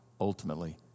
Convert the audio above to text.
ultimately